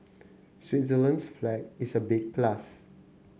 Switzerland's flag is a big plus